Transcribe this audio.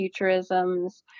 futurisms